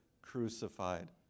crucified